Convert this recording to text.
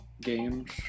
Games